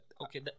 Okay